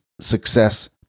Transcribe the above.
success